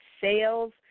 sales